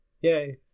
Yay